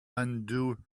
undo